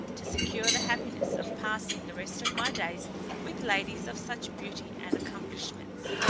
to secure the happiness of passing the rest of my days with ladies of such beauty and accomplishments.